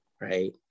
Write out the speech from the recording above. right